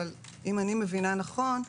אבל אם אני מבינה נכון,